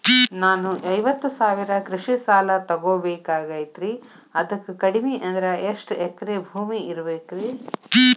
ನಾನು ಐವತ್ತು ಸಾವಿರ ಕೃಷಿ ಸಾಲಾ ತೊಗೋಬೇಕಾಗೈತ್ರಿ ಅದಕ್ ಕಡಿಮಿ ಅಂದ್ರ ಎಷ್ಟ ಎಕರೆ ಭೂಮಿ ಇರಬೇಕ್ರಿ?